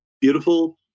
beautiful